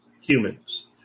humans